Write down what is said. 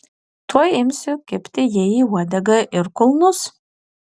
tuoj imsiu kibti jai į uodegą ir kulnus